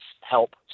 help